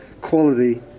quality